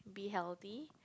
be healthy